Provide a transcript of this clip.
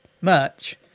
merch